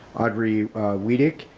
audrey redic,